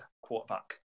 Quarterback